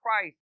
Christ